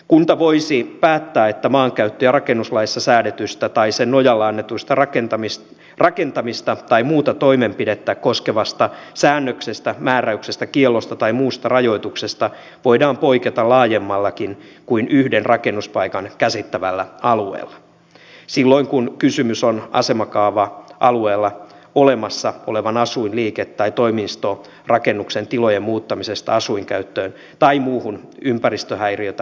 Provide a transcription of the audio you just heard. kunta voisi päättää että maankäyttö ja rakennuslaissa säädetystä tai sen nojalla annetusta rakentamista tai muuta toimenpidettä koskevasta säännöksestä määräyksestä kiellosta tai muusta rajoituksesta voidaan poiketa laajemmallakin kuin yhden rakennuspaikan käsittävällä alueella silloin kun kysymys on asemakaava alueella olemassa olevan asuin liike tai toimistorakennuksen tilojen muuttamisesta asuinkäyttöön tai muuhun ympäristöhäiriötä aiheuttamattomaan käyttöön